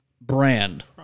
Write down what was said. brand